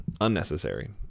Unnecessary